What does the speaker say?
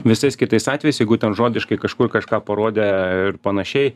visais kitais atvejais jeigu ten žodiškai kažkur kažką parodė ir panašiai